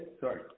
Sorry